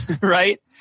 Right